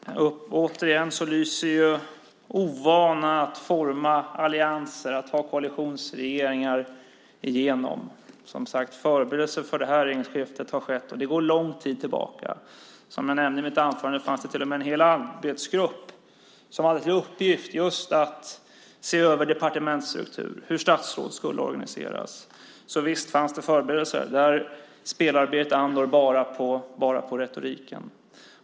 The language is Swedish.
Herr talman! Återigen lyser ju ovanan att forma allianser, att ha koalitionsregeringar, igenom. Förberedelserna för det här regeringsskiftet går som sagt lång tid tillbaka. Som jag nämnde i mitt anförande fanns det till och med en hel arbetsgrupp som hade till uppgift just att se över departementsstruktur och hur detta med statsråd skulle organiseras. Så visst fanns det förberedelser. Där spelar Berit Andnor bara på retoriken.